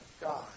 God